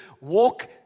walk